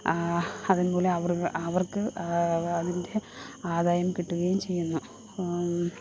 അതിൻമൂലം അവർക്ക് അവർക്ക് അതിൻ്റെ അദായം കിട്ടുകയും ചെയ്യുന്നു